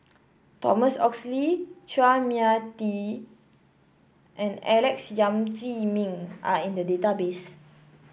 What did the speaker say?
Thomas Oxley Chua Mia Tee and Alex Yam Ziming are in the database